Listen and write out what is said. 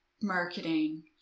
marketing